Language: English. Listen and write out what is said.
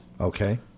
Okay